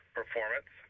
performance